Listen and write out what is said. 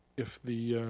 if the